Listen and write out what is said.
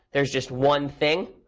there's just one thing.